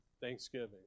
Thanksgiving